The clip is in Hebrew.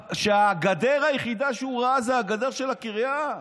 שהגדר היחידה שהוא ראה זו הגדר של הקריה.